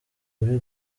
uri